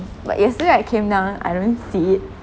like yesterday I came down I don't see it